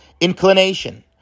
inclination